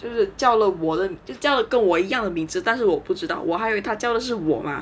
就是叫了我的叫的我一样的名字但是我不知道我还以为他叫的是我吗